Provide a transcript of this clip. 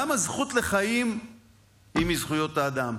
גם הזכות לחיים היא מזכויות האדם,